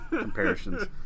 comparisons